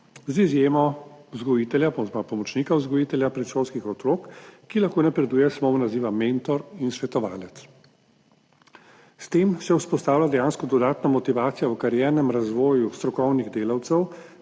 z izjemo vzgojitelja, pomočnika vzgojitelja predšolskih otrok, ki lahko napreduje samo v naziva mentor in svetovalec. S tem se vzpostavlja dejansko dodatna motivacija v kariernem razvoju strokovnih delavcev,